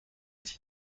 dit